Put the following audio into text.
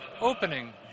opening